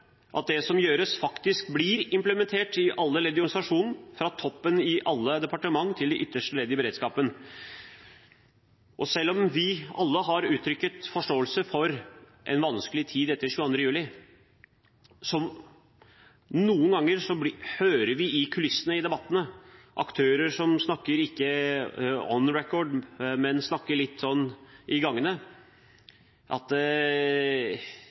at det som gjøres, faktisk blir implementert i alle ledd i organisasjonen, fra toppen i alle departementer til det ytterste ledd i beredskapen. Selv om vi alle har uttrykt forståelse for at det var en vanskelig tid etter 22. juli, hører vi noen ganger i kulissene, i forbindelse med debattene, aktører som ikke snakker «on the record», men som snakker litt «i gangene» om at